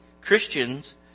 Christians